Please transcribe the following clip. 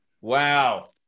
Wow